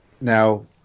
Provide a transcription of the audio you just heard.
Now